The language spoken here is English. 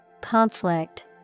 conflict